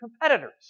competitors